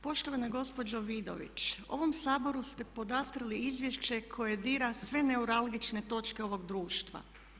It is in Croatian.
Poštovano gospođo Vidović, ovom Saboru ste podastrli izvješće koje dira sve neuralgične točke ovog društva.